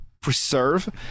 preserve